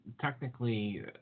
technically